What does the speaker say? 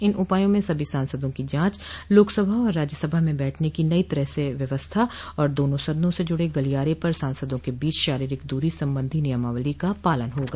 इन उपायों में सभी सांसदों की जांच लोकसभा और राज्यसभा में बैठने की नई तरह से व्यवस्था और दोनों सदनों से जूडे गलियारे पर सांसदों के बीच शारीरिक दूरी संबंधी नियमावली का पालन होगा